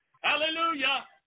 Hallelujah